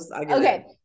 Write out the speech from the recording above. okay